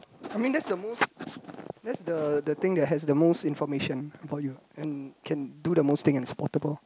I means that's the most that's the the thing has the most information for you can can do the most thing and spottable